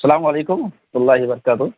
السلام علیکم ورحمۃ اللہ وبرکاتہ